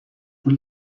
پول